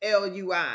LUI